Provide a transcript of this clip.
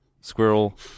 Squirrel